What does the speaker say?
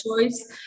choice